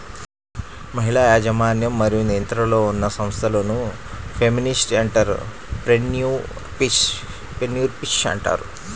మహిళల యాజమాన్యం మరియు నియంత్రణలో ఉన్న సంస్థలను ఫెమినిస్ట్ ఎంటర్ ప్రెన్యూర్షిప్ అంటారు